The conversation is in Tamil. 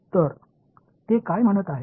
எனவே அது என்ன சொல்கிறது